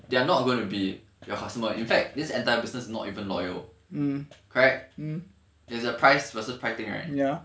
they're not gonna be your customer in fact this entire business is not even loyal correct there's a price versus price thing right